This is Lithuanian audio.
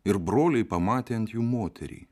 ir broliai pamatė ant jų moterį